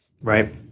Right